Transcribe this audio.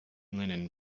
linen